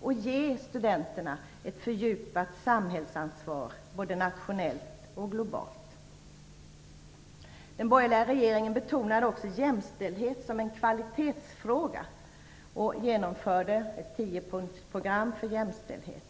samt att ge studenterna ett fördjupat samhällsansvar både nationellt och globalt. Den borgerliga regeringen betonade också jämställdhet som en kvalitetsfråga och genomförde ett tiopunktsprogram för jämställdhet.